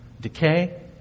decay